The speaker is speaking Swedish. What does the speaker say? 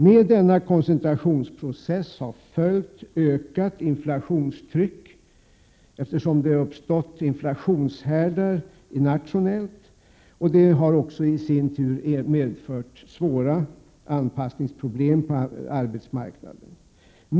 Med denna koncentrationsprocess har följt ökat inflationstryck, eftersom det uppstått nationella inflationshärdar, och det har i sin tur medfört svåra anpassningsproblem på arbetsmarknaden.